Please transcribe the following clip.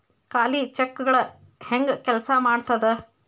ಖಾಲಿ ಚೆಕ್ಗಳ ಹೆಂಗ ಕೆಲ್ಸಾ ಮಾಡತದ?